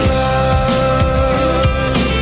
love